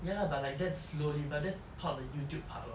ya lah but like that's slowly but that's part of the youtube part [what]